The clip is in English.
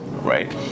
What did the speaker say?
right